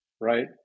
right